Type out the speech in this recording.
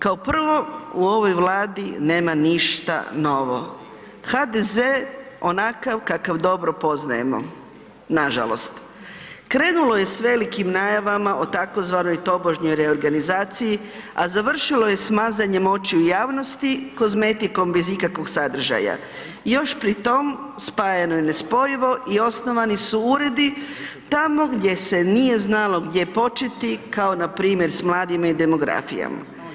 Kao prvo u ovoj vladi nema ništa novo, HDZ onakav kakav dobro poznajemo, nažalost krenulo je s velikim najavama o tzv. tobožnjoj reorganizaciji, a završilo je s mazanjem očiju javnosti, kozmetikom bez ikakvog sadržaja i još pri tom spajano je nespojivo i osnovani su uredi tamo gdje se nije znalo gdje početi kao npr. s mladima i demografijom.